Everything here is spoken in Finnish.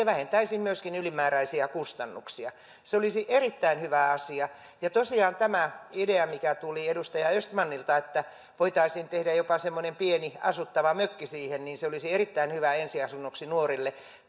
vähentäisi myöskin ylimääräisiä kustannuksia se olisi erittäin hyvä asia tosiaan tämä idea tuli edustaja östmanilta että voitaisiin tehdä jopa semmoinen pieni asuttava mökki siihen se olisi erittäin hyvä ensiasunnoksi nuorille